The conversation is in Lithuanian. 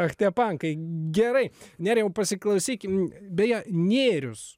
ak tie pankai gerai nerijau pasiklausykim beje nėrius